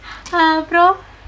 அப்புறம்:appuram